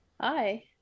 hi